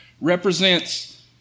represents